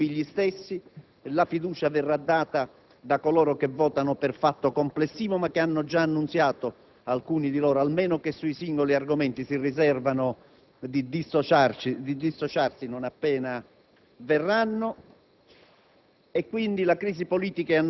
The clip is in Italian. L'alleanza è la stessa, i dubbi sono gli stessi, la fiducia verrà data da coloro che votano per fatto complessivo ma avendo già annunciato, alcuni di loro almeno, che sui singoli argomenti si riservano di dissociarsi non appena questi